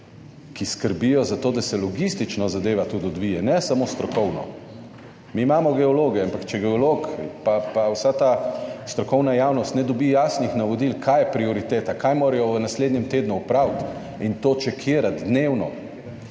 ki skrbijo za to, da se logistično zadeva tudi odvije, ne samo strokovno. Mi imamo geologe, ampak če geolog pa vsa ta strokovna javnost ne dobi jasnih navodil kaj je prioriteta, kaj morajo v naslednjem tednu opraviti in to čekirati dnevno